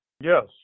Yes